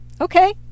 okay